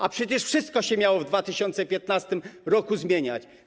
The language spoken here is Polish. A przecież wszystko się miało w 2015 r. zmieniać.